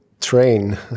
train